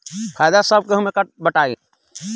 फायदा सब केहू मे बटाई